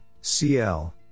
CL